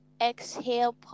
Exhale